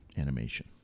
animation